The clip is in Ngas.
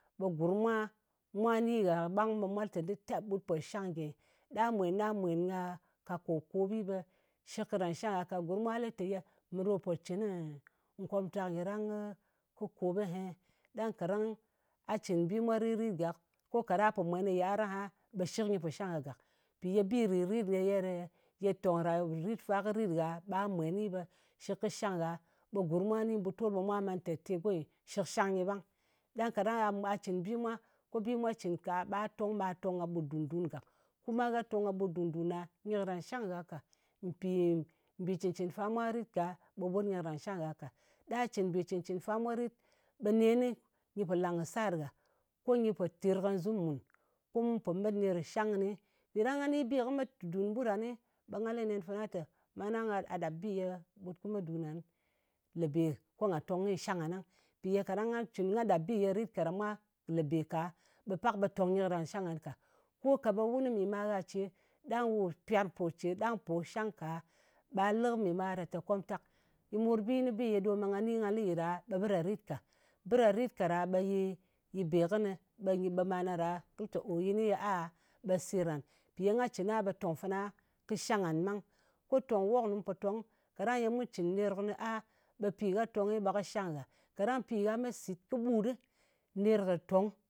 Ɓe gurm mwa ni gha, ɓang ɓe mwa lɨ te, ta ɓut po shang ngyenyɨ. Ɗa mwen ɗa mwen ka ka kòp-kopɓi, ɓe shɨk karan shang gha ka. Gurm mwa lɨ te, ye mè ɗo pò cɨnɨ komptak nyɨ ɗang kɨ kop ahey? Ɗang kaɗang a cɨn bi mwa rit-rit gak, ko kaɗa po mwen ka yɨar aha ɓe shɨk nyɨ pò shang gha gak. Mpì ye bì rìt-rit ye tong ra kɨ rit gha, ɓe mwenɨ ɓe shɨk kɨ shang gha, ɓe gurm mwa ni mbutol ɓe mwa lɨ te, te go nyi shɨk shang nyɨ ɓang. Ɗang kaɗang gha mwa, cɨn bi mwa ko bi mwa cɨn ka ɓa tong ɓà tong ka ɓut dùn-dun gak. Kuma gha tong ka ɓut ɗùn-dun ɗa ɓe karan shang gha ka. Mpì mbì cɨn-cɨn fa mwa rit ka ɓe ɓut nyɨ karan shang gha ka. Ɗa cɨn mbɨ cɨn-cɨ́n fa mwa rit, ɓe nenɨ nyɨ pò làng kɨ sar gha, ko nyɨ pò terkazɨm mùn, ko mu po met ner kɨ shang kɨni. Be ;dang nga ni bi kɨ met dun kɨ ɓut ngan, ɓe nga lɨ nen fana te, manag gha ɗap bi ye ɓut kɨ me dun ngan lebe ko ngà tong kyi shang ngan ɗang. Mpì ye kaɗang nga cɨn, nga ɗap bi ye rit ka ɗa mwa lèbe ka, ɓe pak ɓe tong nyɨ karan shang ngan ka. Ko ka ɓe wun kɨ mɨ magha ce ɗang wu pyarng po, ɗang po shang ka, ɓa lɨ kɨ mɨ ma gha ɗa te, komtak, yi morbi yi ni bi ye ɗom ɓe nga ni nga lɨ yi ɗa, ɓe bɨ ɗa rit ka. Bɨ ɗa rit ka ɗa ɓe yɨ be kɨnɨ, ɓe yi, mana ɗa, kɨ tè o, ye a, ɓe sɨrran. Ye nga cɨn a ɓe tòng fana kɨ shang ngan ɓang. Ko tòng wok ye mu po tong ɗang ye mu cɨn ner kɨnɨ a ɓe pi gha tong ɓe kɨ shang ngha. Kaɗang pi gha me sit kɨɓut ɗi, ner kɨ tong